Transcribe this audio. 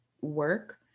work